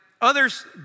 others